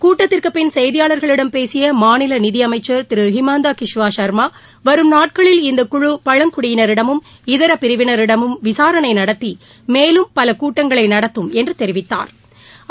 கூட்டத்திற்குபின் செய்தியாளர்களிடம பேசிய மாநில நிதியமைச்சா திரு ஹிமாந்தா கிஸ்வா ஷர்மா வரும் நாட்களில் இந்த குழு பழங்குடியினரிடமும் இதர பிரிவினரிடமும் விசாரணை நடத்தி மேலும் பல கூட்டஙகளை நடத்தும் என்று தெரிவித்தாா்